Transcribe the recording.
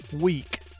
week